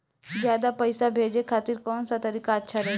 ज्यादा पईसा भेजे खातिर कौन सा तरीका अच्छा रही?